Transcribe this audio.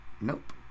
Nope